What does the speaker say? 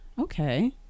okay